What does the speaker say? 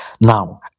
now